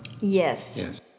Yes